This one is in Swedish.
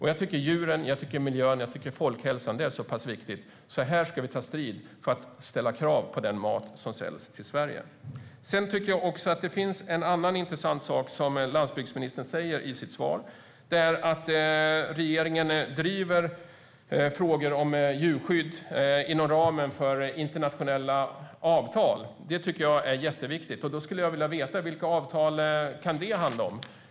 Jag tycker att djuren, miljön och folkhälsan är så pass viktiga att vi ska ta strid för att ställa krav på den mat som säljs till Sverige. Det finns också något annat intressant i landsbygdsministerns svar. Det är att regeringen driver frågor om djurskydd inom ramen för internationella avtal. Det tycker jag är jätteviktigt. Då skulle jag vilja veta vilka avtal det kan handla om.